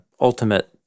ultimate